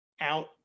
out